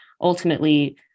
ultimately